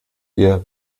ihr